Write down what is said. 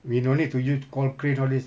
we no need to use call crane all this